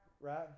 Right